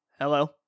hello